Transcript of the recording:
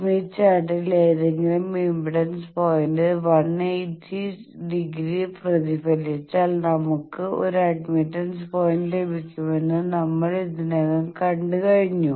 Smith ചാർട്ടിൽ ഏതെങ്കിലും impedance point 180 degree പ്രതിഫലിപ്പിച്ചാൽ നമുക്ക് ഒരു അഡ്മിറ്റൻസ് പോയിന്റ് ലഭിക്കുമെന്ന് നമ്മൾ ഇതിനകം കണ്ടുകഴിഞ്ഞു